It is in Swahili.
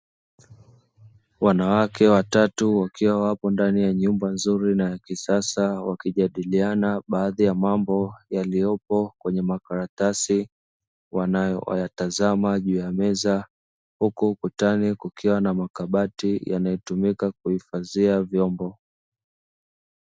Wanawake watatu wakiwa wapo katika nyuma nzuri na ya kisasa wakijadiliana baadhi ya mambo yaliyopo kwenye makaratasi wanayoyatazama juu ya meza huku ukutani kukiwa na makabati yanayotumika kuhifadhia vyombo.